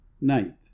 Ninth